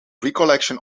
recollection